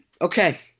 Okay